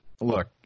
Look